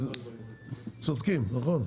צודקים נכון.